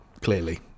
Clearly